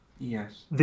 Yes